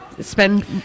spend